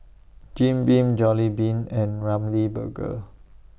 Jim Beam Jollibean and Ramly Burger